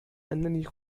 أنني